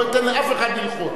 לא אתן לאף אחד ללחוץ.